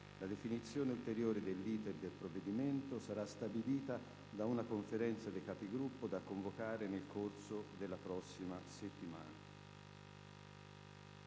La definizione ulteriore dell’iter del provvedimento sara` stabilita da una Conferenza dei Capigruppo da convocare nel corso della prossima settimana.